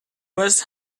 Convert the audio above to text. was